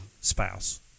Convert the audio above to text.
spouse